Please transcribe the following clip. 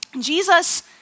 Jesus